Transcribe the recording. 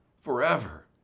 forever